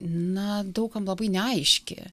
na daug kam labai neaiški